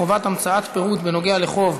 חובת המצאת פירוט בנוגע לחוב),